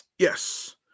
Yes